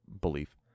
belief